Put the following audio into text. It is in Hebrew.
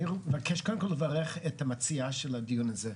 אני מבקש, קודם כל, לברך את המציעה של הדיון הזה.